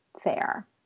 fair